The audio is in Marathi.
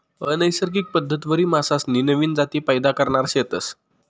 अनैसर्गिक पद्धतवरी मासासनी नवीन जाती पैदा करणार शेतस